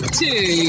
two